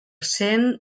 cent